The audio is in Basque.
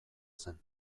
zen